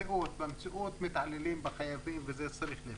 במציאות מתעללים בחייבים וזה מצריך פתרון.